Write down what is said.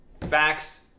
facts